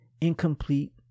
incomplete